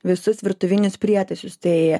visus virtuvinius prietaisus tai